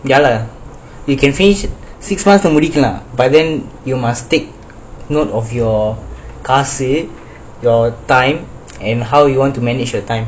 ya lah you can finish six months lah முடிக்கலாம்:mudikalaam lah but then you must take note of your car seat your time and how you want to manage your time